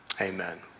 Amen